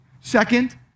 Second